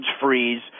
freeze